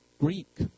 Greek